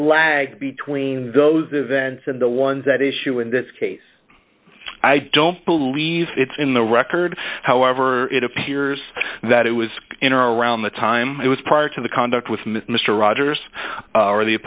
lag between those events and the ones that issue in this case i don't believe it's in the record however it appears that it was in or around the time it was prior to the conduct with mr rogers or the